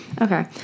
Okay